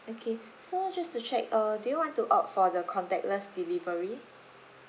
okay so just to check uh do you want to opt for the contactless delivery